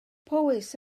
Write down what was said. powys